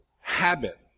habit